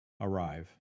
arrive